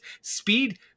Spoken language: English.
Speed